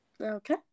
Okay